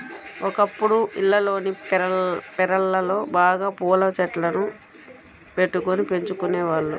ఒకప్పుడు ఇళ్లల్లోని పెరళ్ళలో బాగా పూల చెట్లను బెట్టుకొని పెంచుకునేవాళ్ళు